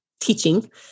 teaching